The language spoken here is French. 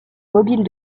mobiles